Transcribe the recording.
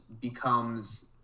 becomes